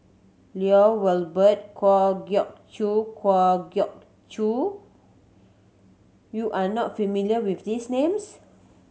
Lloy Valberg Kwa Geok Choo Kwa Geok Choo you are not familiar with these names